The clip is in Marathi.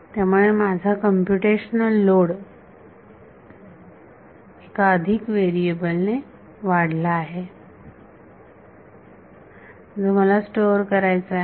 त्यामुळे माझा कम्प्युटेशनल लोड एका अधिक व्हेरिएबल ने वाढला आहे जो मला स्टोअर करायचा आहे